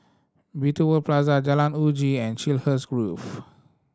Beauty World Plaza Jalan Uji and Chiselhurst Grove